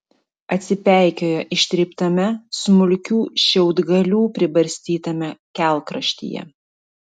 atsipeikėjo ištryptame smulkių šiaudgalių pribarstytame kelkraštyje